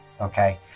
okay